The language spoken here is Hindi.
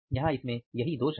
यहां इसमें यही दोष है